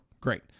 great